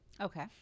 Okay